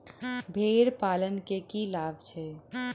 भेड़ पालन केँ की लाभ छै?